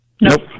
Nope